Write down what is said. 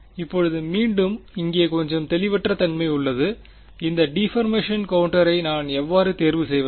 இப்போது மீண்டும் இங்கே கொஞ்சம் தெளிவற்ற தன்மை உள்ளது இந்த டீபர்மேஷன் கோண்டோரை நான் எவ்வாறு தேர்வு செய்வது